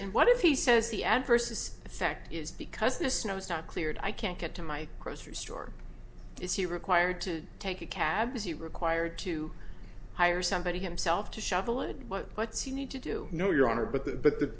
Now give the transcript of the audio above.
and what if he says the adverse effect is because the snow is not cleared i can't get to my grocery store is he required to take a cab is he required to hire somebody himself to shovel it but what's he need to do no your honor but that but the